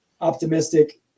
optimistic